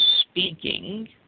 speaking